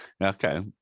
okay